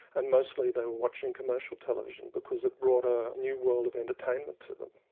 and mostly they were watching commercial television because it brought a new world of entertainment to them.